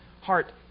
heart